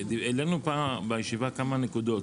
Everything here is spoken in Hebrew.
העלינו בישיבה כמה נקודות.